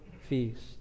feast